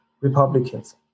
Republicans